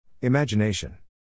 Imagination